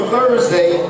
Thursday